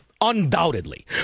undoubtedly